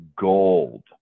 gold